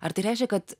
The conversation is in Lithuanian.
ar tai reiškia kad